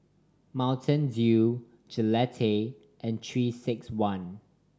Mountain Dew Gillette and Three Six One